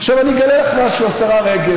עכשיו אני אגלה לך משהו, השרה רגב.